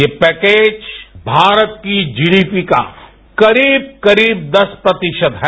ये पैकेज भारत की जीडीपी का करीब करीब दस प्रतिशत है